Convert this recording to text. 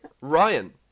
Ryan